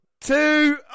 Two